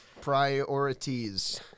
Priorities